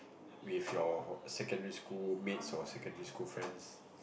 with your secondary school mates or secondary school friends